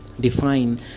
define